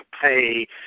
pay